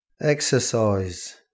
Exercise